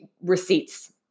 receipts